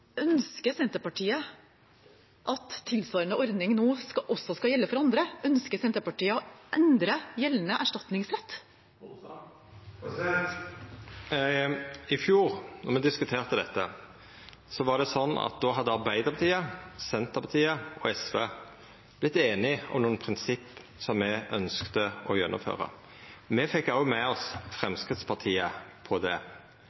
Ønsker Senterpartiet at tilsvarende ordning nå også skal gjelde for andre? Ønsker Senterpartiet å endre gjeldende erstatningsrett? I fjor då me diskuterte dette, hadde Arbeidarpartiet, Senterpartiet og SV vorte einige om nokre prinsipp som me ønskte å gjennomføra. Me fekk òg med oss Framstegspartiet på det.